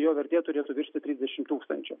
jo vertė turėtų viršyti trisdešimt tūkstančių